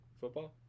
Football